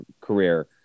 career